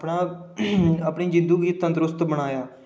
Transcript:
अपनी जिंदू गी तंदरुस्त बनाया